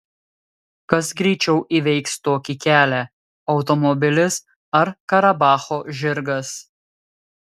kas greičiau įveiks tokį kelią automobilis ar karabacho žirgas